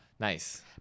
Nice